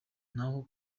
naho